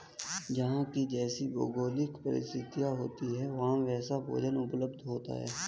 जहां की जैसी भौगोलिक परिस्थिति होती है वहां वैसा भोजन उपलब्ध होता है